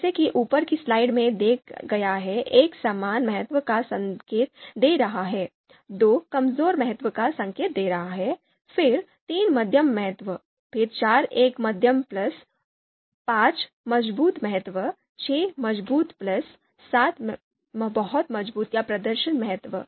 जैसा कि ऊपर की स्लाइड में देखा गया है 1 समान महत्व का संकेत दे रहा है 2 कमजोर महत्व का संकेत दे रहा है फिर 3 मध्यम महत्व फिर 4 एक मध्यम प्लस 5 मजबूत महत्व 6 मजबूत प्लस 7 बहुत मजबूत या प्रदर्शन महत्व